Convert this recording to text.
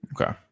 Okay